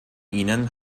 ihnen